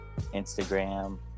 Instagram